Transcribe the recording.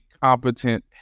competent